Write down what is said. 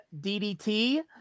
DDT